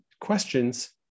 questions